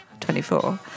24